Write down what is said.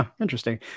Interesting